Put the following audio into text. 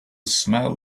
smell